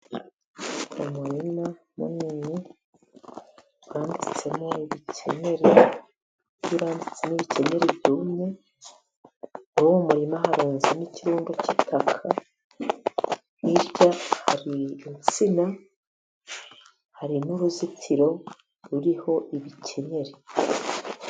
Umurima munini wanitsemo ibikenyeri Jaranditse ibikenenyeri byumye, aho mu murima harunze n' ikirumbu cyitaka, hari insina, hari n'uruzitiro ruriho ibikenyeri.